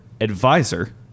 advisor